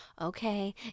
Okay